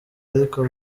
ariko